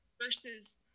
versus